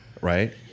Right